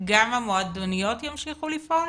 גם המועדוניות ימשיכו לפעול?